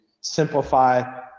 simplify